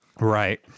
right